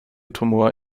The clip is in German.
tumor